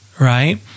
right